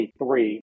23